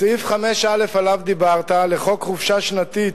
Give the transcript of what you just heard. סעיף 5א, שעליו דיברת, לחוק חופשה שנתית,